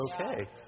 okay